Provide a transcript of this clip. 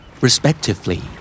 Respectively